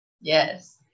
Yes